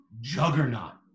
juggernaut